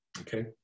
Okay